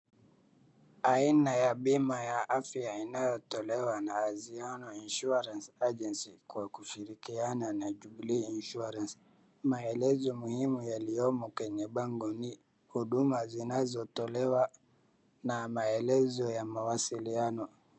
Aina ya bima ya afya inayotolewa na haziono insurance agency kwa kushirikiana na jubilee agency maelezo muhimu yaliyomo kwenye bango ni huduma zinazo tolewa na maelezo ya mawasiliano.